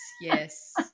yes